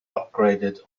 upgraded